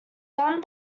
done